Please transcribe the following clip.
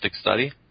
Study